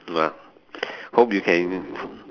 no lah hope you can